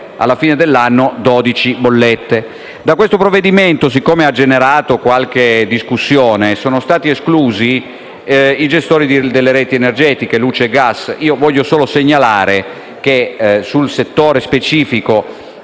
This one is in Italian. alla fine dell'anno. Da questo provvedimento - ha generato qualche discussione - sono stati esclusi i gestori delle reti energetiche, luce e gas. Evidenzio solo che, sul settore specifico,